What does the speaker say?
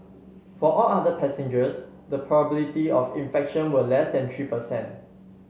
for all other passengers the probability of infection was less than three per cent